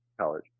college